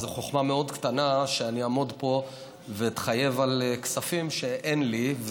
זו חוכמה מאוד קטנה שאני אעמוד פה ואתחייב על כספים שאין לי,